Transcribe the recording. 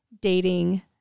dating